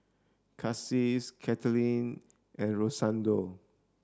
Casie Kathlyn and Rosendo